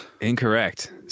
Incorrect